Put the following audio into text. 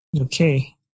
Okay